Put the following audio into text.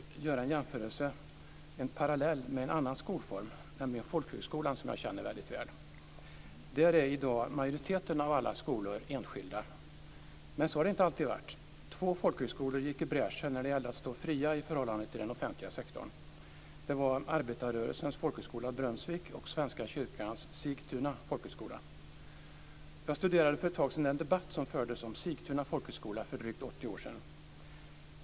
Jag ska bara mycket kort dra en parallell till en annan skolform, nämligen folkhögskolan, som jag känner väl. Majoriteten av alla folkhögskolor är i dag enskilda. Men så har det inte alltid varit. Två folkhögskolor gick i bräschen när det gällde att stå fria i förhållande till den offentliga sektorn. Det var arbetarrörelsens folkhögskola, Brunnsvik, och Svenska kyrkans Sigtuna folkhögskola. Jag studerade för ett tag sedan den debatt som fördes om Sigtuna folkhögskola för drygt 80 år sedan.